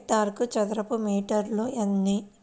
హెక్టారుకు చదరపు మీటర్లు ఎన్ని?